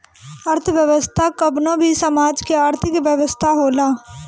अर्थव्यवस्था कवनो भी समाज के आर्थिक व्यवस्था होला